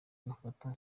agafata